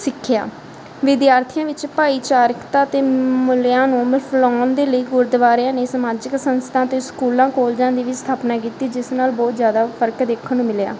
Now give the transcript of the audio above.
ਸਿੱਖਿਆ ਵਿਦਿਆਰਥੀਆਂ ਵਿੱਚ ਭਾਈਚਾਰਕਤਾ ਅਤੇ ਮੁਲਿਆਂ ਨੂੰ ਮਿਲਾਉਣ ਦੇ ਲਈ ਗੁਰਦੁਆਰਿਆਂ ਨੇ ਸਮਾਜਿਕ ਸੰਸਥਾ ਅਤੇ ਸਕੂਲਾਂ ਕੋਲਜਾਂ ਦੀ ਵੀ ਸਥਾਪਨਾ ਕੀਤੀ ਜਿਸ ਨਾਲ ਬਹੁਤ ਜ਼ਿਆਦਾ ਫਰਕ ਦੇਖਣ ਨੂੰ ਮਿਲਿਆ